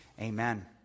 amen